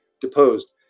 deposed